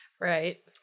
Right